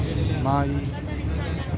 ನಾಯಿ